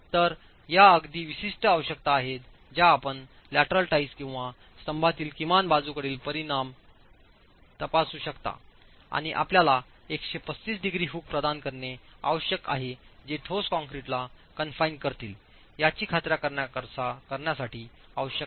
तर या अगदी विशिष्ट आवश्यकता आहेत ज्या आपण लॅटरल टाईज किंवास्तंभातील किमान बाजूकडील परिमाणतपासू शकताआणि आपल्याला 135 डिग्री हुक प्रदान करणे आवश्यक आहे जे ठोस कंक्रीटला कन्फाइन् करतील याची खात्री करण्यासाठी आवश्यक आहे